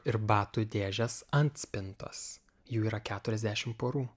ir batų dėžės ant spintos jų yra keturiasdešim porų